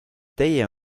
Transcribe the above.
teie